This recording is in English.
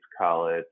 College